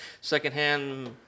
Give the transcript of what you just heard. Secondhand